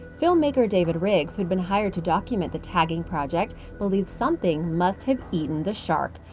filmmaker david riggs, who'd been hired to document the tagging project, believed something must've eaten the shark.